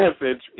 message